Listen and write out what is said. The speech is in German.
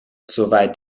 soweit